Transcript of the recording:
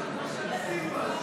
אנחנו בהסתייגות 2,